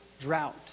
drought